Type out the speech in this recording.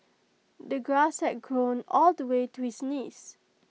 the grass had grown all the way to his knees